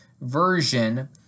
version